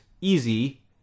easy